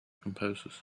composers